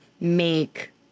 make